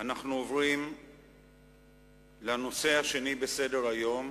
אנחנו עוברים לנושא השני בסדר-היום: